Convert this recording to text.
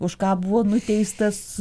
už ką buvo nuteistas